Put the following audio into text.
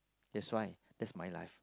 that's why that's my life